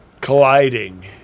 colliding